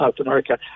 America